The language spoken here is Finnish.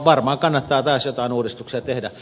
varmaan kannattaa taas jotain uudistuksia tehdä